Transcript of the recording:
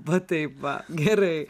va taip va gerai